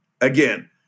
Again